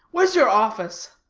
where's your office?